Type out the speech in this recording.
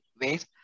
ways